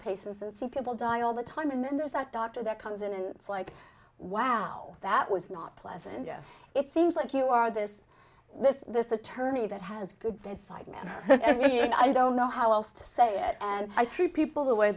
patients and some people die all the time and then there's that doctor that comes in and it's like wow that was not pleasant it seems like you are this this this attorney that has good bedside manner i don't know how else to say it and i treat people the way